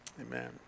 Amen